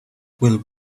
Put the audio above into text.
will